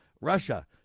Russia